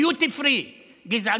דיוטי פרי גזענות.